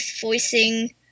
voicing